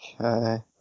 Okay